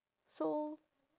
so